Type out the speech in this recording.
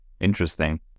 Interesting